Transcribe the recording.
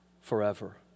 forever